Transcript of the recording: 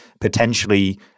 potentially